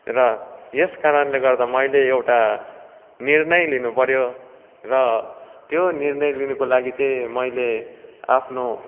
र यसकारणले गर्दा मैले एउटा निर्णय लिनुपऱ्यो र त्यो निर्णय लिनुको लागि चाहिँ मैले आफ्नो